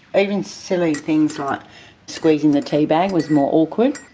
even silly things like squeezing the teabag was more awkward,